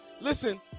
Listen